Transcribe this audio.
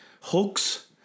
hugs